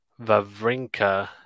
Vavrinka